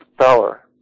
power